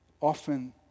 often